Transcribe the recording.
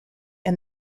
and